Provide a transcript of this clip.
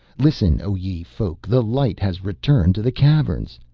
listen, o ye folk, the light has returned to the caverns!